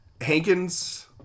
hankins